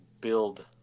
build